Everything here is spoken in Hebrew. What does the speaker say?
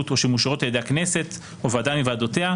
או שמאושרות על-ידי הכנסת או ועדה מוועדותיה,